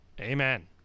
amen